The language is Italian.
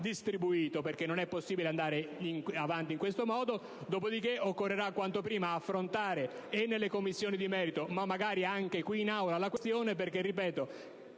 distribuito, perché non è possibile andare avanti in questo modo. Dopodiché occorrerà quanto prima affrontare, e nelle Commissioni di merito e magari anche qui in Aula, la questione, perchè solo